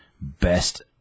best